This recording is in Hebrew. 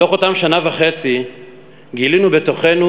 בתוך אותה שנה וחצי גילינו בתוכנו